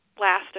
last